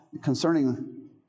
concerning